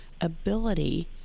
ability